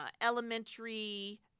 elementary